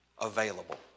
available